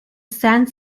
sand